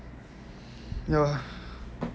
ya